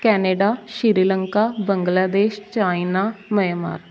Canada Sri Lanka Bangladesh China Myanmar